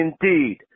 indeed